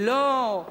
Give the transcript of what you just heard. לא,